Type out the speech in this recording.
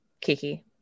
kiki